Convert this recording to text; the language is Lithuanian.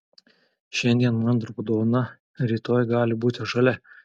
šiandien man raudona rytoj gali būti žalia